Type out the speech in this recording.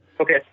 Okay